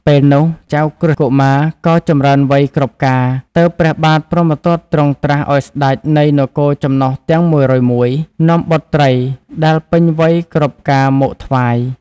ពេលនោះ ចៅក្រឹស្នកុមារក៏ចម្រើនវ័យគ្រប់ការ ទើបព្រះបាទព្រហ្មទត្តទ្រង់ត្រាស់ឱ្យស្តេចនៃនគរចំណុះទាំង ១០១ នាំបុត្រីដែលពេញវ័យគ្រប់ការមកថ្វាយ។